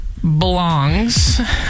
belongs